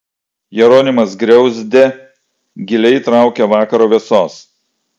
jeronimas griauzdė giliai įtraukia vakaro vėsos